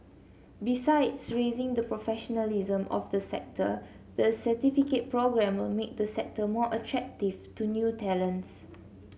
besides raising the professionalism of the sector the certificate programme will make the sector more attractive to new talents